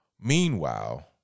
Meanwhile